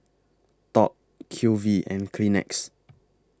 Top Q V and Kleenex